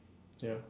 ya